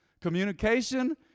communication